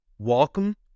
Welcome